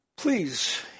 Please